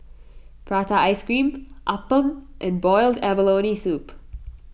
Prata Ice Cream Appam and Boiled Abalone Soup